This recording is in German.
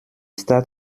stadt